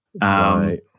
Right